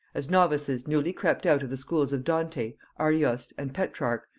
as novices newly crept out of the schools of dante, arioste, and petrarch,